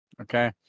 Okay